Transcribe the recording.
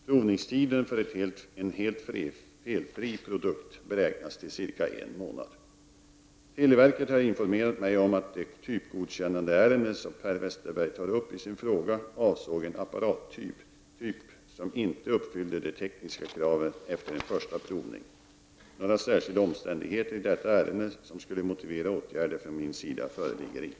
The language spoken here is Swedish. Provningstiden för en helt felfri produkt beräknas till cirka en månad. Televerket har informerat mig om att det typgodkännandeärende som Per Westerberg tar upp i sin fråga avsåg en apparattyp som inte uppfyllde de tekniska kraven efter en första provning. Några särskilda omständigheter i detta ärende som skulle motivera åtgärder från min sida föreligger inte.